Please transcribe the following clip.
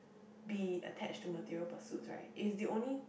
be attached to material pursuits right is the only